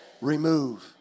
remove